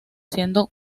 siendo